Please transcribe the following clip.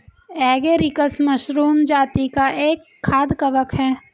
agaricus mushroom जाती का एक खाद्य कवक है